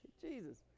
Jesus